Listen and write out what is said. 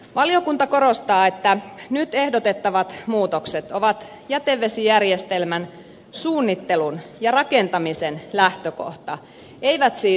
valiokunta korostaa että nyt ehdotettavat muutokset ovat jätevesijärjestelmän suunnittelun ja rakentamisen lähtökohta eivät siis valvontaperuste